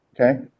okay